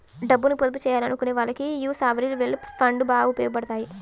డబ్బుని పొదుపు చెయ్యాలనుకునే వాళ్ళకి యీ సావరీన్ వెల్త్ ఫండ్లు బాగా ఉపయోగాపడతాయి